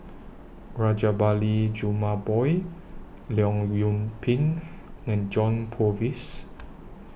Rajabali Jumabhoy Leong Yoon Pin and John Purvis